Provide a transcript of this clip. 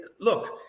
look